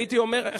הייתי אומר,